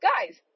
guys